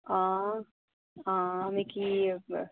हां हां मिगी